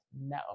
no